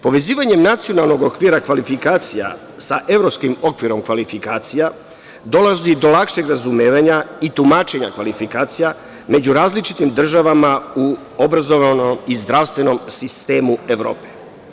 Povezivanjem Nacionalnog okvira kvalifikacija sa Evropskim okvirom kvalifikacija dolazi do lakšeg razumevanja i tumačenja kvalifikacija među različitim državama u obrazovanom i zdravstvenom sistemu Evrope.